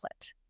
template